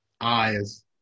eyes